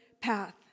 path